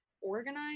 organize